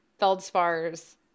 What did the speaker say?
feldspars